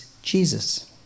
Jesus